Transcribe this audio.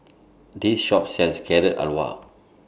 This Shop sells Carrot Halwa